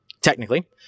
technically